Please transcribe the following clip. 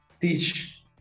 teach